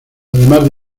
además